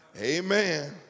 Amen